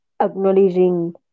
acknowledging